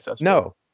no